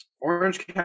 Orange